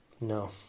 No